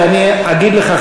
ואני אגיד לך,